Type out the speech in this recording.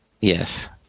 Yes